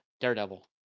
daredevil